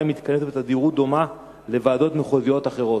מתכנסת בתדירות דומה לוועדות מחוזיות אחרות?